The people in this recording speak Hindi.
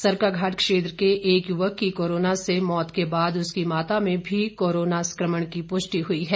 सरकाघाट क्षेत्र के एक युवक की कोरोना से मौत के बाद उसकी माता में भी कोरोना संक्रमण की पुष्टि हुई है